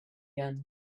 again